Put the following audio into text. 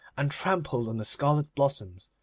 and trampled on the scarlet blossoms.